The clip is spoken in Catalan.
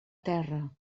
terra